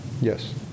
yes